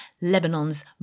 Lebanon's